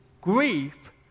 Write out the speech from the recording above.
Grief